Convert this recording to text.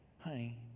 honey